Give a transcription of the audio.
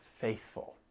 faithful